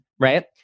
right